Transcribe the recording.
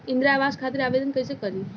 इंद्रा आवास खातिर आवेदन कइसे करि?